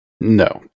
No